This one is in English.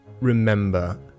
Remember